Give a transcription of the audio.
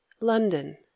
london